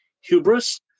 hubris